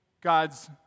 God's